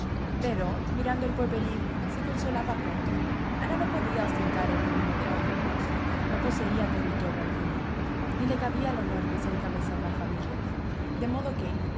pero mirando al porvenir se consolaba pronto ana no podía ostentar el dominio de uppercross no poseía territorio alguno ni le cabía el honor de ser cabeza de una familia de modo que